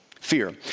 fear